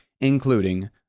including